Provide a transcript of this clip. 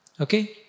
Okay